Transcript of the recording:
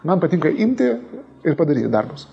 man patinka imti ir padaryti darbus